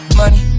money